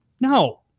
no